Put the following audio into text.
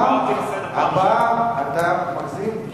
הפעם אתה מגזים,